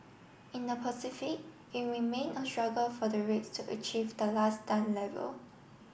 in the Pacific it remained a struggle for the rates to achieve the last done level